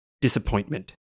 disappointment